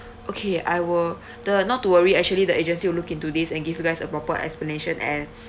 okay I will the not to worry actually the agency will look into this and give you guys a proper explanation and